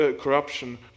corruption